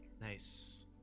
Nice